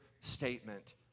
statement